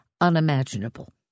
unimaginable